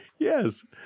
Yes